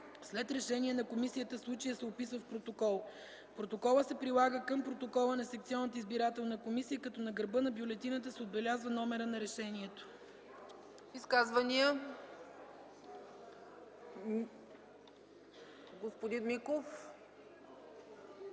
след решение на комисията случаят се описва в протокол. Протоколът се прилага към протокола на секционната избирателна комисия, като на гърба на бюлетината се отбелязва номерът на решението.” ПРЕДСЕДАТЕЛ